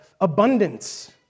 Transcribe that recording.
abundance